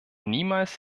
niemals